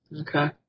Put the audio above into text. Okay